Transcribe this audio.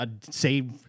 say